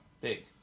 Big